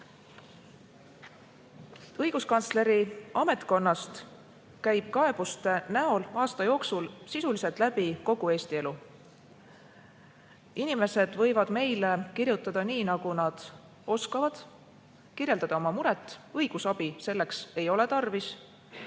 edendus. Õiguskantsleri ametkonnast käib kaebuste näol aasta jooksul sisuliselt läbi kogu Eesti elu. Inimesed võivad meile kirjutada nii, nagu nad oskavad, kirjeldada oma muret, õigusabi selleks ei ole tarvis.